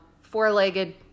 four-legged